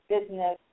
business